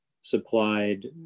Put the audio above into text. supplied